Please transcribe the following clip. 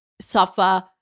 suffer